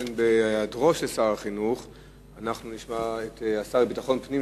בהיעדרו של שר החינוך אנחנו נשמע את השר לביטחון פנים.